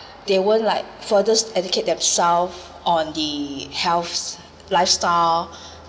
they won't like further educate themself on the healths lifestyle